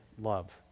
love